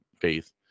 faith